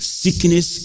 sickness